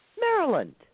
Maryland